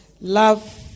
Love